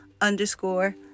underscore